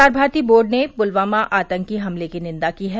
प्रसार भारती बोर्ड ने पुलवामा आतंकी हमले की निंदा की है